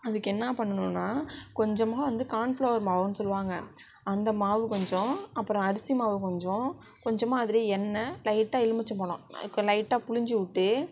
அதுக்கு என்ன பண்ணனும்னால் கொஞ்சமாக வந்து கான்ஃப்ளவர் மாவுன்னு சொல்லுவாங்க அந்த மாவு கொஞ்சம் அப்புறம் அரிசி மாவு கொஞ்சம் கொஞ்சமாக அதிலேயே எண்ணெய் லைட்டாக எலுமிச்சம்பழம் லைட்டாக புழிந்துவுட்டு